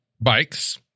bikes